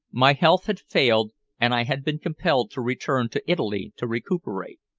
my health had failed and i had been compelled to return to italy to recuperate.